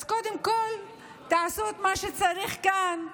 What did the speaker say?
אז קודם כול תעשו את מה שצריך כאן,